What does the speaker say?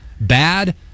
Bad